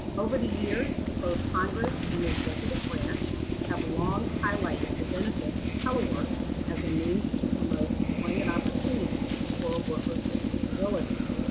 over the years both congress and the executive branch have long highlighted the benefits of telework as a means to promote employment opportunities for workers with disabilities.